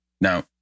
Now